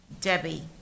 Debbie